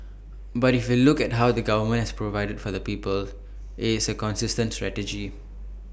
but if you look at how the government has provided for the people IT is A consistent strategy